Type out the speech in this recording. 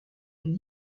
est